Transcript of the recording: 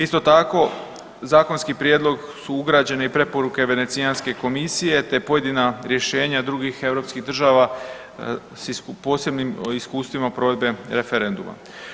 Isto tako, zakonski prijedlog su ograđene i preporuke i Venecijanske komisije te pojedina rješenja drugih europskih država s posebnim iskustvima provedbe referenduma.